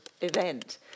event